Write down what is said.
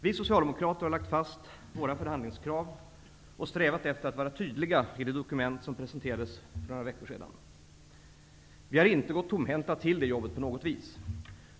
Vi socialdemokrater har lagt fast våra förhandlingskrav och strävat efter att vara tydliga i det dokument som presenterades för några veckor sedan. Vi har inte gått tomhänta till det jobbet på något vis.